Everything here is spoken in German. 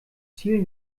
ziel